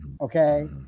okay